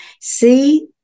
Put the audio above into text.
see